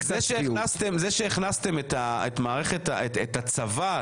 זה שהכנסתם את הצבא,